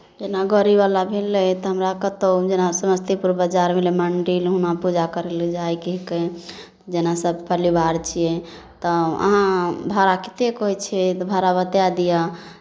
जेना गाड़ीवला भेलै तऽ हमरा कतहु हम जेना समस्तीपुर बाजार गेलियै मन्दिर हुआँ पूजा करय लए जायके हिकै जेना सभ परिवार छियै तऽ अहाँ भाड़ा कतेक कहै छियै तऽ भाड़ा बताए दिअ